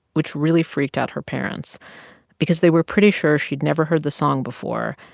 which really freaked out her parents because they were pretty sure she'd never heard the song before,